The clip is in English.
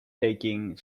taking